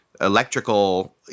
Electrical